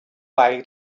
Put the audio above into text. way